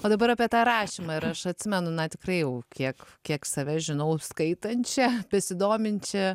o dabar apie tą rašymą ir aš atsimenu na tikrai jau kiek kiek save žinau skaitančią besidominčią